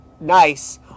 nice